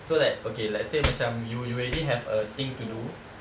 so like okay let's say like macam you you already have a thing to do